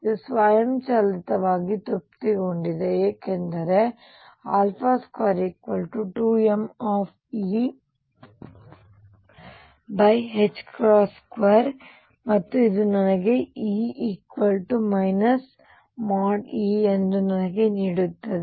ಇದು ಸ್ವಯಂಚಾಲಿತವಾಗಿ ತೃಪ್ತಿಗೊಂಡಿದೆ ಏಕೆಂದರೆ 22mE2 ಮತ್ತು ಇದು ನನಗೆ E |E| ಎಂದು ನನಗೆ ನೀಡುತ್ತದೆ